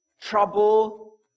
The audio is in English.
trouble